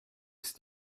ist